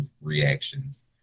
reactions